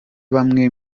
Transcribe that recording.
bamwe